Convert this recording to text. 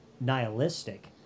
nihilistic